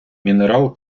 мінерал